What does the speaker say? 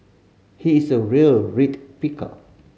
he is a real read picker